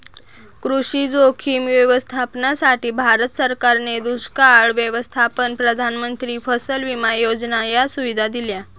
कृषी जोखीम व्यवस्थापनासाठी, भारत सरकारने दुष्काळ व्यवस्थापन, प्रधानमंत्री फसल विमा योजना या सुविधा दिल्या